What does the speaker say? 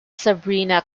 sabrina